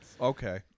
okay